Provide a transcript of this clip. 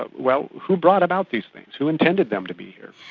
but well, who brought about these things, who intended them to be here?